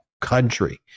country